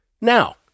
Now